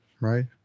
right